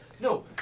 No